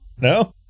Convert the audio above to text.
no